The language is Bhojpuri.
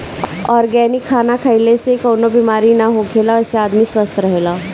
ऑर्गेनिक खाना खइला से कवनो बेमारी ना होखेला एसे आदमी स्वस्थ्य रहेला